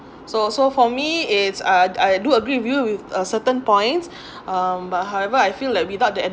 so so for me it's uh I do agree with you with uh certain points um but however I feel like without the